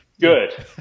Good